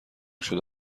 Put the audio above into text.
شده